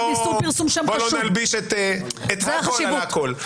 בוא לא נלביש את הכל על הכל.